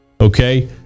okay